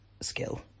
skill